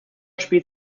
spielt